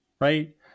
right